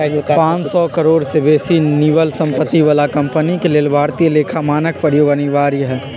पांन सौ करोड़ से बेशी निवल सम्पत्ति बला कंपनी के लेल भारतीय लेखा मानक प्रयोग अनिवार्य हइ